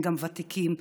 גם לוותיקים.